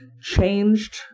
changed